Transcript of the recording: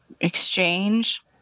exchange